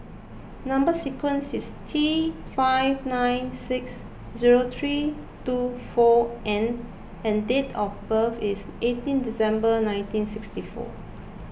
Number Sequence is T five nine six zero three two four N and date of birth is eighteen December nineteen sixty four